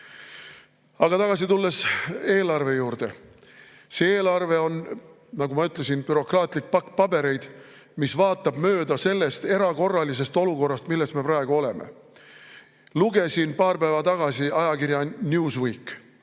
tagasi eelarve juurde. See eelarve on, nagu ma ütlesin, bürokraatlik pakk pabereid, mis vaatab mööda sellest erakorralisest olukorrast, milles me praegu oleme. Lugesin paar päeva tagasi ajakirja Newsweek.